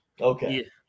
okay